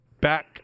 back